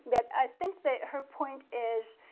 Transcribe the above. but i think that her point is.